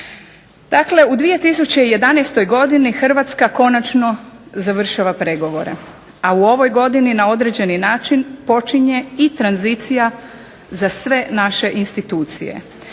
Dakle, u 2011. godini Hrvatska konačno završava pregovore, a u ovoj godini na određeni način počinje i tranzicija za sve naše institucije.